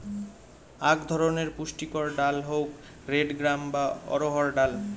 আক ধরণের পুষ্টিকর ডাল হউক রেড গ্রাম বা অড়হর ডাল